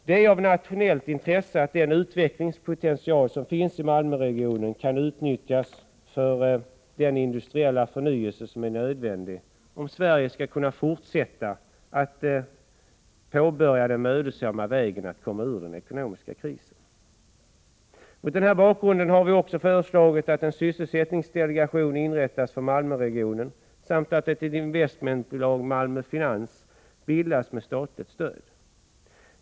Det är av nationellt intresse att utvecklingspotentialen i Malmöregionen utnyttjas för den industriella förnyelse som är nödvändig om Sverige skall kunna fortsätta den mödosamma vägen att komma ur den ekonomiska krisen. Mot denna bakgrund har vi föreslagit att en sysselsättningsdelegation inrättas för Malmöregionen samt att ett investmentbolag, Malmö Finans, bildas med statligt stöd.